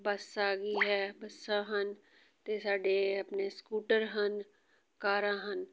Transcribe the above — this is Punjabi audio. ਬੱਸ ਆ ਗਈ ਹੈ ਬੱਸਾਂ ਹਨ ਅਤੇ ਸਾਡੇ ਆਪਣੇ ਸਕੂਟਰ ਹਨ ਕਾਰਾਂ ਹਨ